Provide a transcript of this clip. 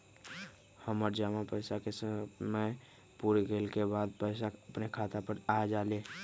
हमर जमा पैसा के समय पुर गेल के बाद पैसा अपने खाता पर आ जाले?